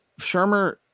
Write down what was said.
Shermer